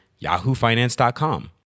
yahoofinance.com